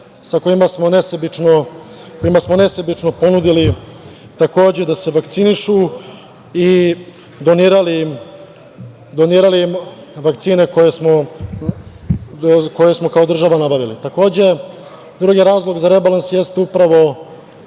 sa kojima smo nesebično ponudili da se vakcinišu i donirali im vakcine koje smo kao država nabavili. Takođe, drugi razlog za rebalans jeste upravo